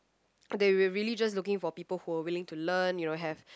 they were really just looking for people who were willing to learn you know have